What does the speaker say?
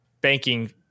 banking